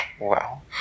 Well